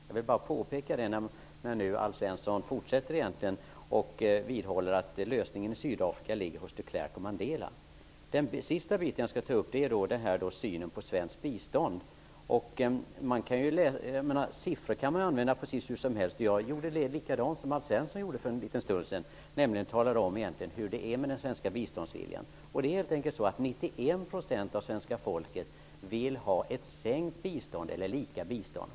Jag vill bara påpeka det när nu Alf Svensson vidhåller att lösningen i Sydafrika ligger hos de Klerk och Till sist vill jag ta upp synen på svenskt bistånd. Man kan använda siffror precis hur som helst. Jag gjorde likadant som Alf Svensson gjorde för en liten stund sedan. Jag talade om hur det är med den svenska biståndsviljan. 91 % av det svenska folket vill ha ett oförändrat eller sänkt bistånd.